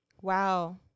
Wow